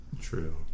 True